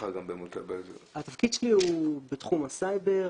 התפקיד שלי הוא בתחום הסייבר,